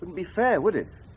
be fair, would it?